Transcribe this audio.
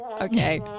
Okay